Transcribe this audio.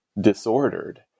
disordered